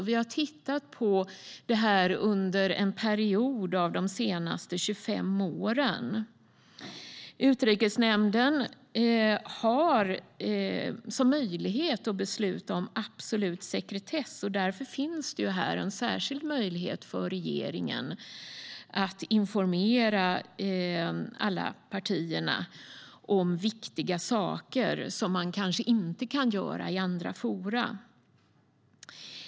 Vi har tittat på den senaste 25-årsperioden. Utrikesnämnden har möjlighet att besluta om absolut sekretess. Därför finns det här en särskild möjlighet för regeringen att informera alla partier om viktiga saker som man kanske inte kan göra i andra forum.